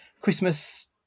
Christmas